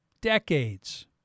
decades